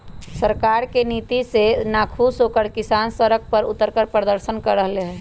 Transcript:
सरकार के नीति से नाखुश होकर किसान सड़क पर उतरकर प्रदर्शन कर रहले है